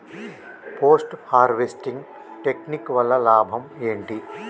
Post harvesting technique వల్ల లాభం ఏంటి?